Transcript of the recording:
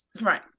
right